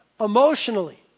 Emotionally